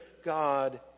God